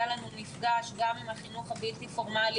היה לנו מפגש גם עם החינוך הבלתי פורמלי